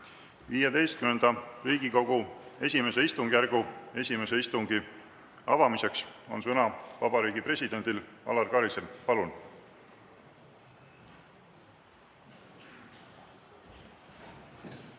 XV Riigikogu I istungjärgu esimese istungi avamiseks on sõna vabariigi presidendil Alar Karisel. Palun!